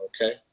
okay